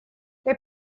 they